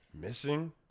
Missing